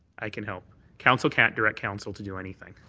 i can help. council can't direct council to do anything.